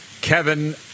Kevin